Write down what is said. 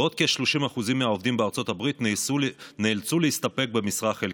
ועוד כ-30% מהעובדים בארצות הברית נאלצו להסתפק במשרה חלקית.